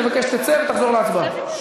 אני מבקש שתצא ותחזור להצבעה.